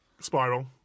spiral